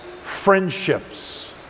friendships